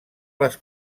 les